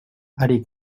allée